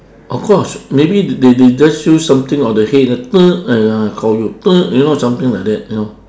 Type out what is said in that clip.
of course maybe they they just show something on the head I call you you know something like that you know